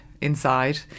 inside